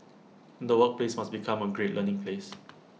the workplace must become A great learning place